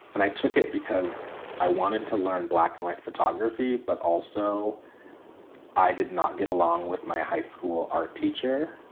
and i took it because i wanted to learn black and white photography. but also i did not get along with my high school art teacher